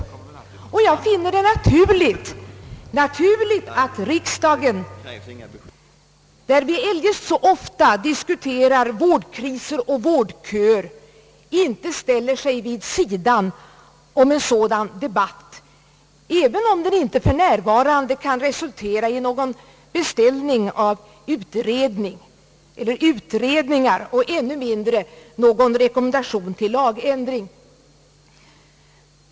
Jag finner det naturligt att riksdagen, där vi eljest så ofta diskuterar vårdkriser och vårdköer, inte ställer sig vid sidan av en sådan debatt, även om den för närvarande inte kan resultera i någon beställning av utredningar och ännu mindre någon rekommendation till lagändring.